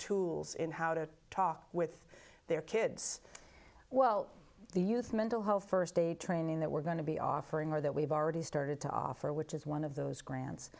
tools in how to talk with their kids well the youth mental health st aid training that we're going to be offering or that we've already started to offer which is one of those grants